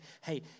hey